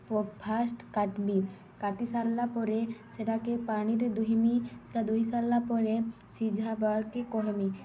first କାଟ୍ବି କାଟି ସାର୍ଲା ପରେ ସେଟାକେ ପାଣିରେ ଧୁଇମି ସେଟା ଧୁଇ ସାର୍ଲା ପରେ ସିଝାବାର୍କେ କହେମି